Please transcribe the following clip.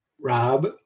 Rob